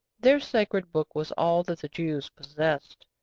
their sacred book was all that the jews possessed.